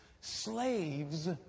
Slaves